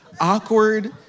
awkward